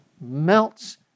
melts